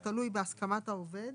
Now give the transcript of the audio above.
זה תלוי בהסכמת העובד.